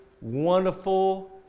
wonderful